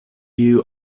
you